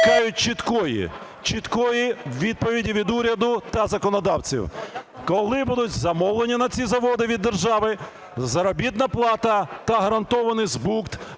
чіткої, чіткої відповіді від уряду та законодавців: коли будуть замовлення на ці заводи від держави, заробітна плата та гарантований збут